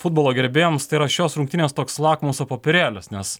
futbolo gerbėjams tai yra šios rungtynės toks lakmuso popierėlis nes